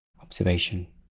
observation